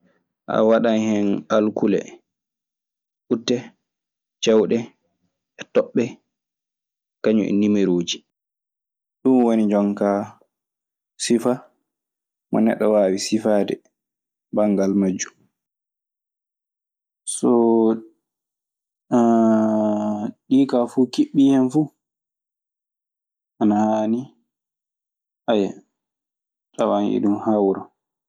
A waɗan hen alkule ɓutte cewɗe e toɓɓe kañun e nimerooji. Ɗun woni jonkaa sifa mo neɗɗo waawi sifaade banngal majjun. Soo ɗii kaa fuu kiɓɓii hen fu, ana haani tawan eɗun hawra.